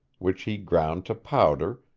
which he ground to powder,